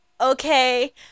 Okay